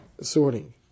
sorting